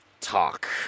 talk